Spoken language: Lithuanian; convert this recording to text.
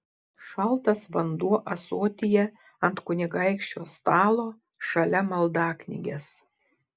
šaltas vanduo ąsotyje ant kunigaikščio stalo šalia maldaknygės